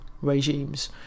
regimes